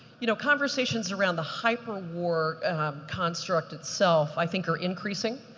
you know, conversations around the hyperwar construct itself, i think, are increasing.